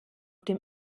dem